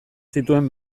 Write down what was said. zituen